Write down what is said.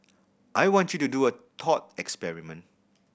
I want you to do a thought experiment